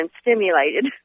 stimulated